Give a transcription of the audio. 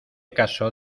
caso